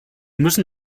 müssen